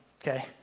okay